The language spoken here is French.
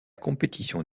compétition